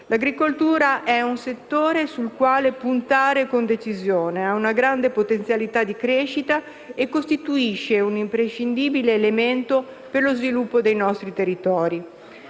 L'agricoltura è un settore sul quale puntare con decisione, ha una grande potenzialità di crescita e costituisce un imprescindibile elemento per lo sviluppo dei nostri territori.